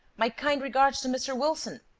my kind regards to mr. wilson!